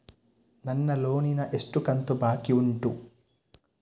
ನನ್ನ ಲೋನಿನ ಎಷ್ಟು ಕಂತು ಬಾಕಿ ಉಂಟು?